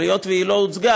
אבל היות שהיא לא הוצגה,